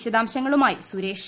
വിശദാംശങ്ങളുമായി സുരേഷ്